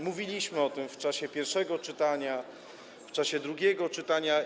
Mówiliśmy o tym w czasie pierwszego czytania, w czasie drugiego czytania.